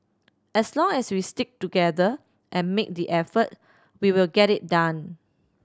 as long as we stick together and make the effort we will get it done